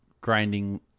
grinding